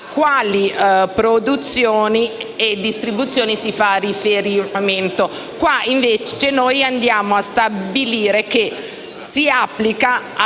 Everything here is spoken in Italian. quali produzioni e distribuzioni faccia riferimento.